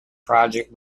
project